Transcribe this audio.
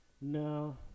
No